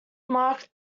marked